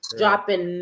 dropping